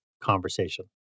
conversation